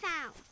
found